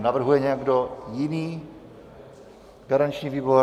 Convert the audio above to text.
Navrhuje někdo jiný garanční výbor?